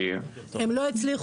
הדרגים המקצועיים, הם אלה שקבעו,